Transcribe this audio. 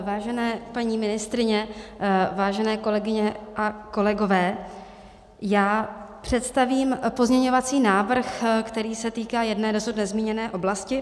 Vážené paní ministryně, vážené kolegyně a kolegové, představím pozměňovací návrh, který se týká jedné dosud nezmíněné oblasti.